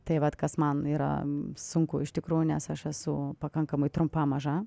tai vat kas man yra sunku iš tikrųjų nes aš esu pakankamai trumpa maža